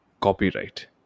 copyright